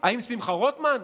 האם שמחה רוטמן?